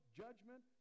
judgment